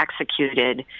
executed